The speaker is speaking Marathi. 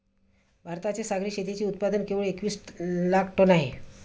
भारताचे सागरी शेतीचे उत्पादन केवळ एकवीस लाख टन आहे